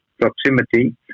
proximity